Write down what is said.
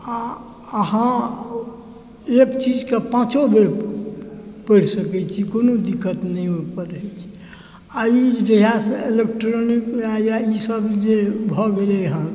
आ अहाँ एक चीजके पाँचो बेर पढि सकै छी कोनो दिक़्क़त नहि ओहि पर होइ छै आ ई जहियासॅं इलेक्ट्रॉनिक या ई सभ जे भऽ गेलै हँ